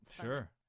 sure